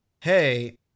hey